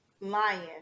lion